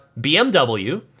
BMW